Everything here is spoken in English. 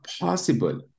possible